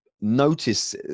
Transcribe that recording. notice